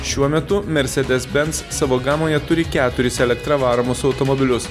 šiuo metu mersedes bens savo gamoje turi keturis elektra varomus automobilius